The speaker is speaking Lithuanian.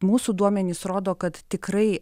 mūsų duomenys rodo kad tikrai